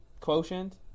quotient